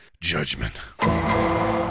judgment